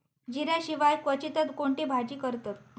जिऱ्या शिवाय क्वचितच कोणती भाजी करतत